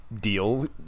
deal